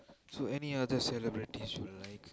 so any other celebrities you like